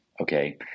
Okay